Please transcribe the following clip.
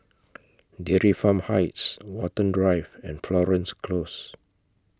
Dairy Farm Heights Watten Drive and Florence Close